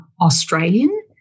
Australian